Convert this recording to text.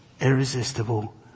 irresistible